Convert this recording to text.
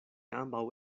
ambaŭ